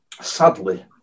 sadly